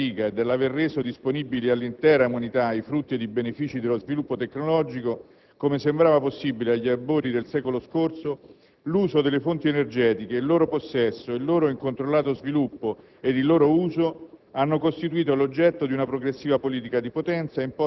Lontano dall'aver rappresentato il riscatto dell'umanità dalla fatica e dall'aver reso disponibili all'intera umanità i frutti ed i benefici dello sviluppo tecnologico, come sembrava possibile agli albori del secolo scorso, l'uso delle fonti energetiche, il loro possesso, il loro incontrollato sviluppo e il loro uso